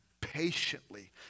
patiently